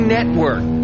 Network